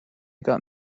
got